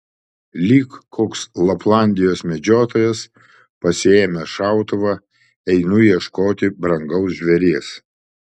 lyg koks laplandijos medžiotojas pasiėmęs šautuvą einu ieškoti brangaus žvėries